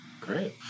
Great